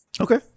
Okay